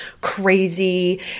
crazy